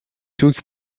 took